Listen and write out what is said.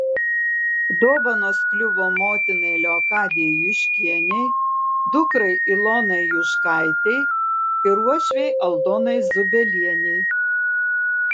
dovanos kliuvo motinai leokadijai juškienei dukrai ilonai juškaitei ir uošvei aldonai zubelienei